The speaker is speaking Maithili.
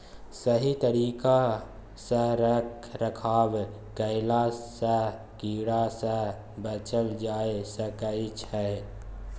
सही तरिका सँ रख रखाव कएला सँ कीड़ा सँ बचल जाए सकई छै